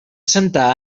santa